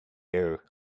air